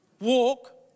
walk